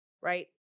right